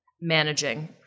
managing